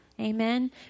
Amen